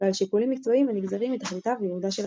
ועל שיקולים מקצועיים הנגזרים מתכליתה וייעודה של התחנה".